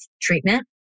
treatment